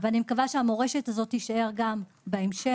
אני מקווה שהמורשת הזאת תישאר גם בהמשך.